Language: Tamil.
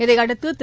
இதையடுத்து திரு